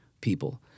people